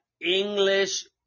English